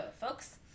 folks